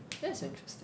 that's interesting